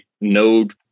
node